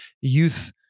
youth